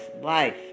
life